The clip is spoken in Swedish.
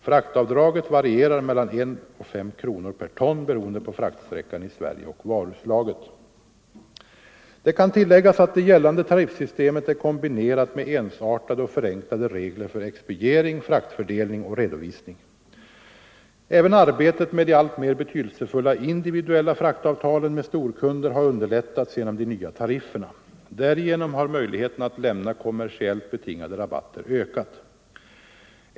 Fraktavdraget varierar mellan en och fem kronor per ton beroende på fraktsträckan i Sverige och varuslaget. Det kan tilläggas att det gällande tariffsystemet är kombinerat med ensartade och förenklade regler för expediering, fraktfördelning och redovisning. Även arbetet med de alltmer betydelsefulla individuella fraktavtalen med storkunder har underlättats genom de nya tarifferna. Därigenom har möjligheterna att lämna kommersiellt betingade rabatter ökat.